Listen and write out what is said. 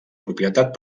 propietat